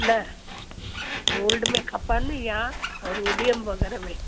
न गोल्ड में खपनि या रोडियम वग़ैरह में